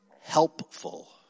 helpful